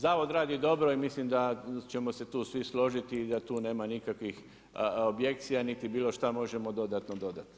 Zavod radi dobro i mislim da ćemo se tu svi složiti i da tu nema nikakvih objekcija niti bilo šta možemo dodatno dodati.